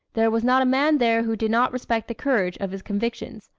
there was not a man there who did not respect the courage of his convictions,